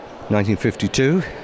1952